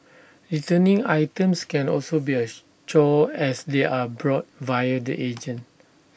returning items can also be A chore as they are bought via the agent